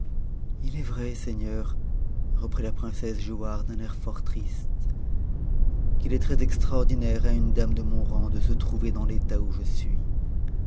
il est vrai seigneur reprit la princessegiauhare d'un air fort tnst qu'it est très extraordinaire à une dame de mon rang de se trouver d t'état où je suis